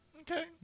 Okay